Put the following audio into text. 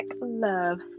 Love